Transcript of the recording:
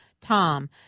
Tom